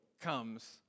comes